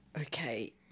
okay